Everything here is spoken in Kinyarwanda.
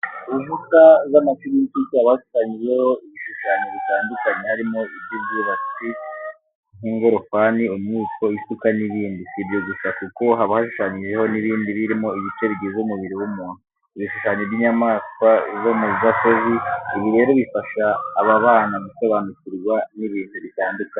Ku nkuta z'amashuri y'incuke haba hashushanyijeho ibishushanyo bitandukanye harimo iby'ubwubatsi nk'ingorofani, umwiko, isuka n'ibindi. Si ibyo gusa kuko haba hashushanyijeho n'ibindi birimo ibice bigize umubiri w'umuntu, Ibishushanyo by'inyamaswa zo mu gasozi. Ibi rero bifasha aba bana gusobanukirwa n'ibintu bitandukanye.